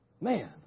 man